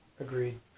agreed